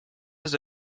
das